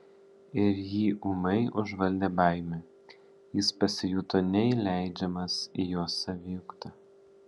ir jį ūmai užvaldė baimė jis pasijuto neįleidžiamas į jos saviugdą